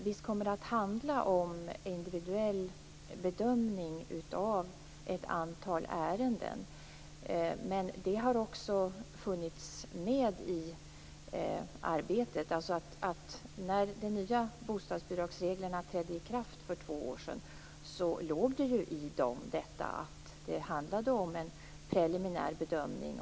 Visst kommer det att handla om individuell bedömning av ett antal ärenden, men det har också funnits med i arbetet. När de nya bostadsbidragsreglerna trädde i kraft för två år sedan låg det ju i detta att det handlade om en preliminär bedömning.